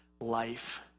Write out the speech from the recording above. life